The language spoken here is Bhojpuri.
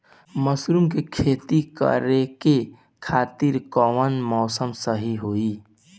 मशरूम के खेती करेके खातिर कवन मौसम सही होई?